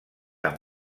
amb